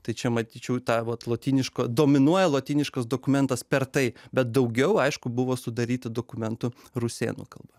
tai čia matyčiau tą vat lotyniško dominuoja lotyniškas dokumentas per tai bet daugiau aišku buvo sudaryta dokumentų rusėnų kalba